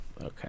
Okay